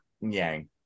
Yang